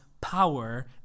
power